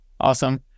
Awesome